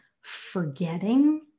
forgetting